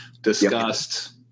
discussed